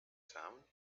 town